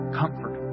comfort